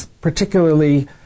particularly